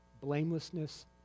blamelessness